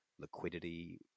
liquidity